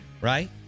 Right